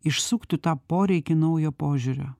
išsuktų tą poreikį naujo požiūrio